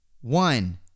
One